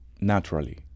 naturally